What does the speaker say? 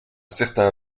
certain